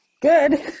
Good